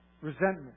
Resentment